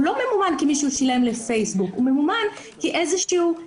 לא פייסבוק יוצרת את הקידום הזה שאתה משלם לה בשבילו